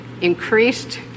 increased